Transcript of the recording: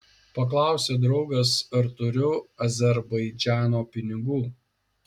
paklausė draugas ar turiu azerbaidžano pinigų